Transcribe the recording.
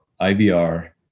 IBR